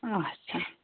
اَچھا